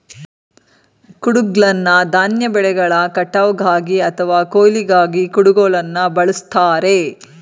ಕುಡುಗ್ಲನ್ನ ಧಾನ್ಯ ಬೆಳೆಗಳ ಕಟಾವ್ಗಾಗಿ ಅಥವಾ ಕೊಯ್ಲಿಗಾಗಿ ಕುಡುಗೋಲನ್ನ ಬಳುಸ್ತಾರೆ